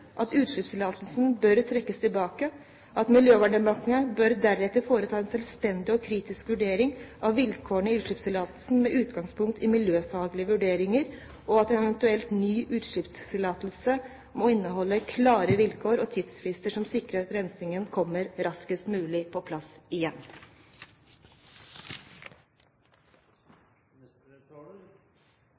at utslippstillatelsen bør trekkes tilbake, at Miljøverndepartementet deretter bør foreta en selvstendig og kritisk vurdering av vilkårene i utslippstillatelsen med utgangspunkt i miljøfaglige vurderinger, og at en eventuell ny utslippstillatelse må inneholde klare vilkår og tidsfrister som sikrer at rensingen kommer raskest mulig på plass igjen.